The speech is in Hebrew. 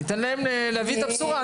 אני אתן להם להביא את הבשורה.